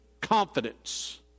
confidence